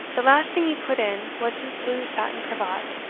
the last thing he put in was his blue satin cravat.